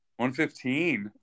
115